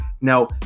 Now